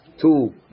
two